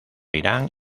irán